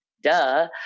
duh